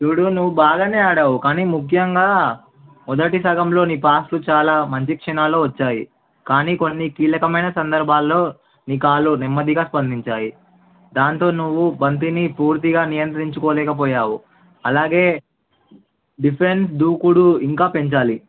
చూడు నువ్వు బాగానే ఆడావు కానీ ముఖ్యంగా మొదటి సగంలో నీ పాస్లు చాలా మంచి క్షణాలో వచ్చాయి కానీ కొన్ని కీలకమైన సందర్భాల్లో నీ కాళ్ళు నెమ్మదిగా స్పందించాయి దాంతో నువ్వు బంతిని పూర్తిగా నియంత్రించుకోలేకపోయావు అలాగే డిఫెన్స్ దూకుడు ఇంకా పెంచాలి